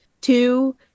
two